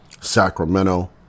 Sacramento